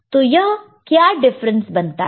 तो यह क्या डिफरेंस बनाता है